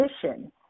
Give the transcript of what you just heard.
position